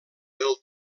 del